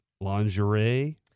lingerie